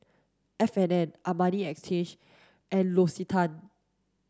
F and N Armani and L'Occitane